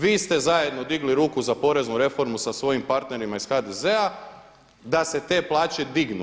Vi ste zajedno dignuli ruku za poreznu reformu sa svojim partnerima iz HDZ-a da se te plaće dignu.